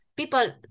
people